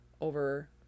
over